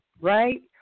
right